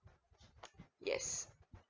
yes